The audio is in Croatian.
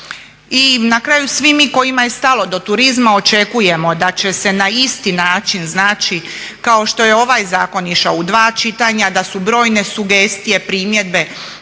I na kraju svi mi kojima je stalo do turizma očekujemo da će se na isti način, znači kao što je ovaj zakon išao u dva čitanja, da su brojne sugestije, primjedbe